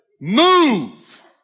Move